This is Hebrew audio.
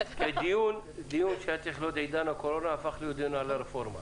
דיון שהיה צריך להיות לעידן הקורונה הפך להיות דיון על הרפורמה.